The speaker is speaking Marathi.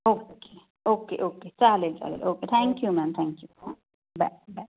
ओके ठीक आहे ओके ओके चालेल चालेल ओके थँक्यू मॅम थँक्यू हां बाय बाय